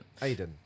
Aiden